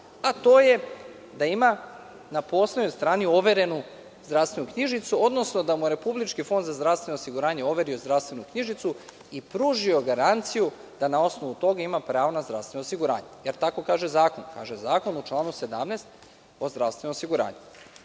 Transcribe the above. a to je da ima na poslednjoj strani overenu zdravstvenu knjižicu, odnosno da mu je Republički fond za zdravstveno osiguranje overio zdravstveni knjižicu i pružio garanciju da na osnovu toga ima pravo na zdravstveno osiguranje, jer tako u članu 17. kaže Zakon o zdravstvenom osiguranju.E